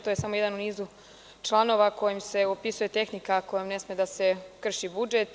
To je samo jedan u nizu članova kojim se opisuje tehnika kojom ne sme da se krši budžet.